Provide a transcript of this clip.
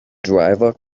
driver